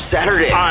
Saturday